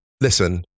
Listen